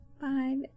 Five